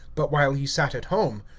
but while he sat at home.